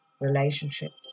relationships